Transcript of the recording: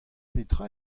petra